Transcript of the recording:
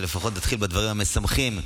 לפחות נתחיל בדברים המשמחים.